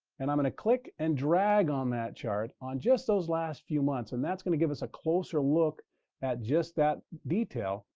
and i'm going to click and drag on that chart on just those last few months, and that's going to give us a closer look at just that detail.